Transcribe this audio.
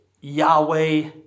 Yahweh